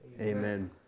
Amen